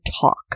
talk